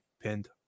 pinned